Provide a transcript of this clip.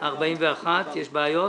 הרציונל שלו אומר את הדבר הבא,